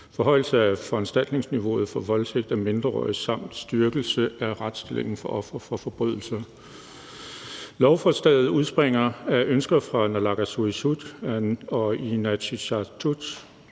forhøjelse af foranstaltningsniveauet for voldtægt af mindreårige samt styrkelse af retsstillingen for ofre for forbrydelser. Lovforslaget udspringer af ønsker fra Naalakkersuisut og Inatsisartut